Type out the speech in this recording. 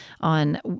on